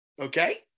Okay